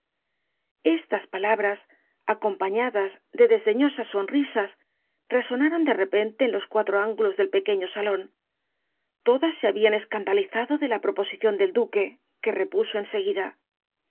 estas palabras acompañadas de desdeñosas sonrisas resonaron de repente en los cuatro ángulos del pequeño salón todas se habían escandalizado de la proposición del duque que repuso